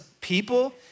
people